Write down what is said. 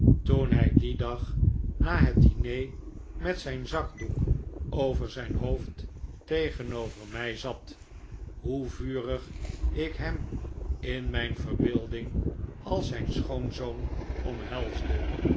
toen hij dien dag na het diner met zijn zakdoek over zijn hoofd tegenover mij zat hoe vurig ik hem in mijn verbeelding als zijn schoonzoon omhelsde